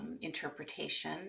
interpretation